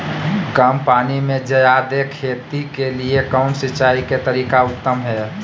कम पानी में जयादे खेती के लिए कौन सिंचाई के तरीका उत्तम है?